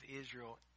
Israel